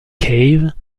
cave